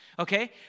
Okay